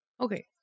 okay